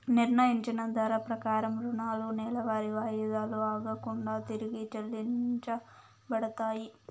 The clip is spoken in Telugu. నిర్ణయించిన ధర ప్రకారం రుణాలు నెలవారీ వాయిదాలు ఆగకుండా తిరిగి చెల్లించబడతాయి